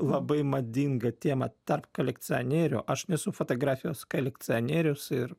labai madinga tema tarp kolekcionierių aš nesu fotografijos kolekcionierius ir